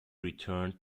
returned